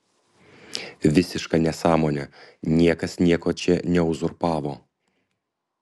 visiška nesąmonė niekas nieko čia neuzurpavo